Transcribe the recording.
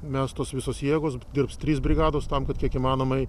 mestos visos jėgos dirbs trys brigados tam kad kiek įmanomai